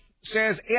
says